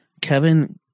Kevin